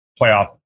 playoff